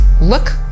look